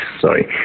Sorry